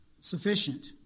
sufficient